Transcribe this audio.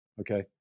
okay